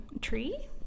Tree